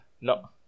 No